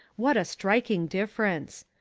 what a striking difference!